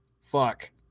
Fuck